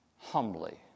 humbly